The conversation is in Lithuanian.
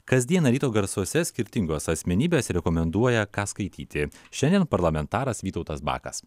kasdieną ryto garsuose skirtingos asmenybės rekomenduoja ką skaityti šiandien parlamentaras vytautas bakas